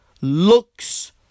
looks